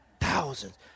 thousands